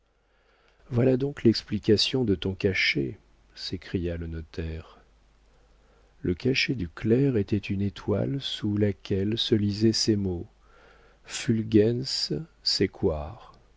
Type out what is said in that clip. voilà donc l'explication de ton cachet s'écria le notaire le cachet du clerc était une étoile sous laquelle se lisaient ces mots fulgens